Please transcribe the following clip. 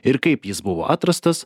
ir kaip jis buvo atrastas